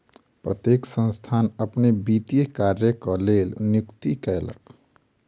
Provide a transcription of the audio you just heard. प्रत्येक संस्थान अपन वित्तीय कार्यक लेल नियुक्ति कयलक